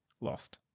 lost